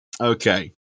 Okay